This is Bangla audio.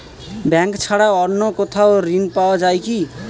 ব্যাঙ্ক ছাড়া অন্য কোথাও ঋণ পাওয়া যায় কি?